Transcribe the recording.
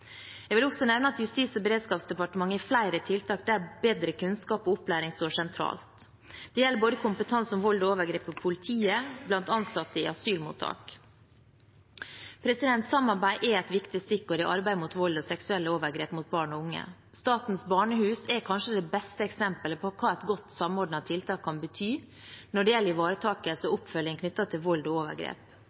Jeg vil også nevne at Justis- og beredskapsdepartementet har flere tiltak der bedre kunnskap og opplæring står sentralt. Det gjelder kompetanse om vold og overgrep, både hos politiet og hos ansatte i asylmottak. Samarbeid er et viktig stikkord i arbeidet mot vold og seksuelle overgrep mot barn og unge. Statens barnehus er kanskje det beste eksemplet på hva et godt samordnet tiltak kan bety når det gjelder ivaretakelse og oppfølging knyttet til vold og overgrep.